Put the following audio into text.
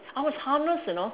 I was harnessed you know